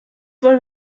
wollen